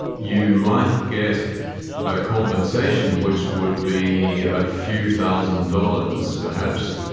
you might get compensation which would be a few thousand dollars perhaps,